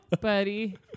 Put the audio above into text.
buddy